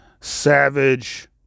Savage